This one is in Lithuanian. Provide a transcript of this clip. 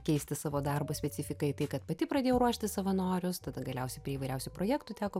keisti savo darbo specifiką į tai kad pati pradėjau ruošti savanorius tada galiausiai prie įvairiausių projektų teko